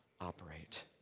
operate